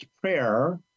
prayer